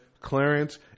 Clarence